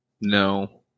No